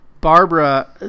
Barbara